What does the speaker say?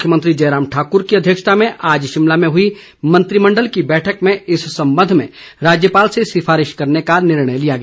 मुख्यमंत्री जयराम ठाकुर की अध्यक्षता में आज शिमला में हुई मंत्रिमंडल की बैठक में इस संबंध में राज्यपाल से सिफारिश करने का निर्णय लिया गया